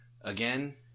again